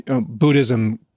Buddhism